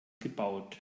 gebaut